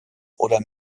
oder